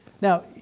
Now